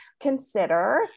consider